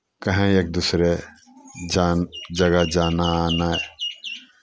कहीँ एक दूसरे जाइ जगह जाना आना